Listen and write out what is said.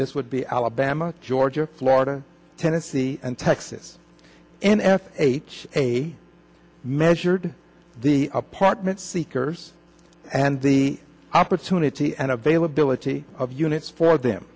this would be alabama georgia florida tennessee and texas n f h a measured the apartment seekers and the opportunity and availability of units for them